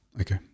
Okay